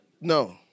no